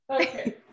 okay